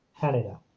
Canada